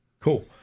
Cool